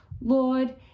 Lord